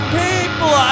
people